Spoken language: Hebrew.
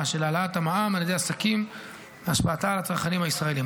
של העלאת המע"מ על ידי עסקים והשפעתה על הצרכנים הישראלים.